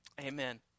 Amen